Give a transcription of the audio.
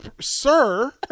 Sir